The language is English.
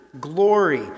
Glory